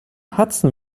hudson